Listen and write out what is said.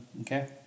okay